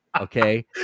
Okay